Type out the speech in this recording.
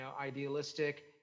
idealistic